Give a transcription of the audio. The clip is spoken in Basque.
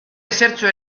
ezertxo